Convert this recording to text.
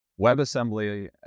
WebAssembly